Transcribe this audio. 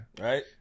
Right